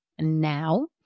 now